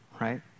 right